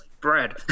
bread